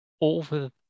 over